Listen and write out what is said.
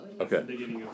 Okay